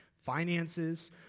finances